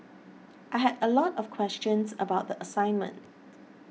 I had a lot of questions about the assignment